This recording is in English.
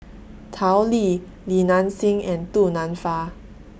Tao Li Li Nanxing and Du Nanfa